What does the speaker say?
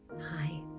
Hi